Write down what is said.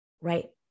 Right